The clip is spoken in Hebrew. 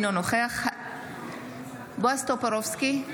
אינו נוכח בועז טופורובסקי,